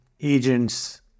agents